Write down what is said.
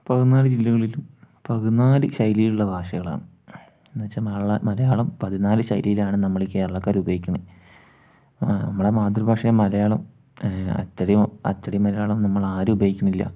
പതിനാല് ജില്ലകളിലും പതിനാല് ശൈലിയുള്ള ഭാഷകളാണ് എന്നുവെച്ചാൽ നമ്മളെ മലയാളം പതിനാല് ശൈലിലാണ് നമ്മള് ഈ കേരളക്കാർ ഉപയോഗിക്കണത് നമ്മളെ മാതൃഭാഷയായ മലയാളം അച്ചടി അച്ചടി മലയാളം നമ്മളാരും ഉപയോഗിക്കണില്ല